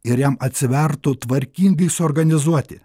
ir jam atsivertų tvarkingai suorganizuoti